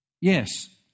Yes